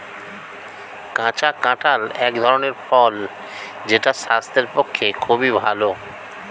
কাঁচা কাঁঠাল এক ধরনের ফল যেটা স্বাস্থ্যের পক্ষে খুবই ভালো